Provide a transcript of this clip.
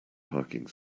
parking